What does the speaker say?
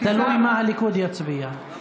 תלוי מה הליכוד יצביע.